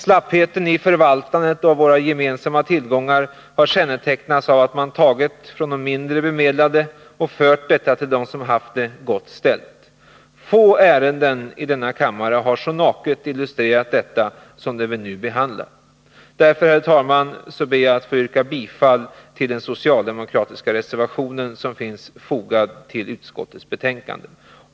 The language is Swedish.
Slappheten i förvaltandet av våra gemensamma tillgångar har kännetecknats av att man tagit från de mindre bemedlade och fört över till dem som haft det gott ställt. Få ärenden i denna kammare har så naket illustreret detta som det vi nu behandlar. Därför, herr talman, yrkar jag bifall till den socialdemokratiska reservation som är fogad vid utskottets betänkande.